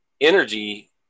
energy